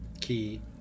Key